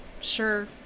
sure